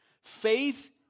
Faith